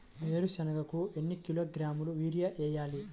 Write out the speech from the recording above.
వేరుశనగకు ఎన్ని కిలోగ్రాముల యూరియా వేయాలి?